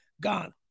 Gone